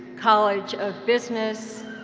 college of business,